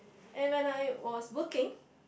and when I was working